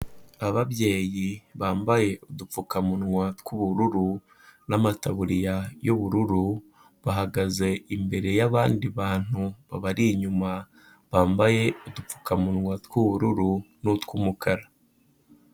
Ababyeyi bambaye udupfukamunwa tw'ubururu n'amataburiya y'ubururu, bahagaze imbere y'abandi bantu babari inyuma bambaye udupfukamunwa tw'ubururu n'utw'umukara.